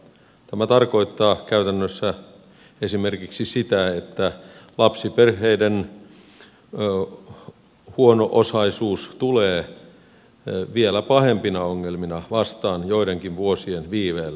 tämä tarkoittaa käytännössä esimerkiksi sitä että lapsiperheiden huono osaisuus tulee vielä pahempina ongelmina vastaan joidenkin vuosien viiveellä